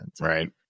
Right